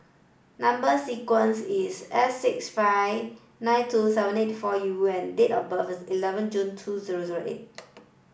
number sequence is S six five nine two seven eight four U and date of birth is eleven June two zero zero eight